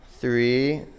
three